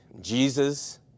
Jesus